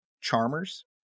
charmers